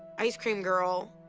ice-cream girl,